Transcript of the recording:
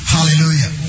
Hallelujah